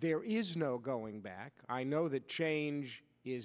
there is no going back i know that change is